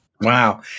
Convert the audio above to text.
Wow